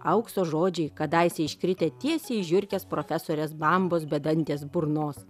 aukso žodžiai kadaise iškritę tiesiai į žiurkes profesores bambos bedantės burnos